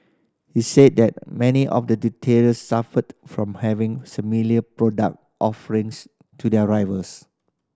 he said that many of the retailers suffered from having similar product offerings to their rivals